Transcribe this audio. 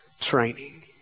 training